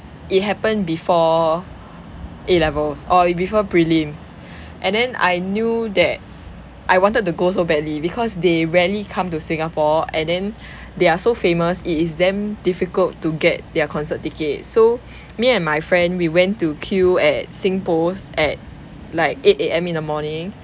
it happened before A levels or i~ before prelims and then I knew that I wanted to go so badly because they rarely come to singapore and then they are so famous it is damn difficult to get their concert ticket so me and my friend we went to queue at singpost at like eight A_M in the morning